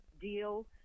deal